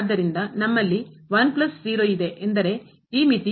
ಆದ್ದರಿಂದ ನಮ್ಮಲ್ಲಿ ಎಂದರೆ ಈ ಮಿತಿ